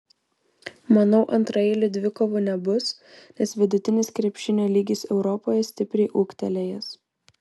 manau antraeilių dvikovų nebus nes vidutinis krepšinio lygis europoje stipriai ūgtelėjęs